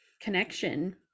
connection